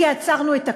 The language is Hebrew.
כי עצרנו את הכול.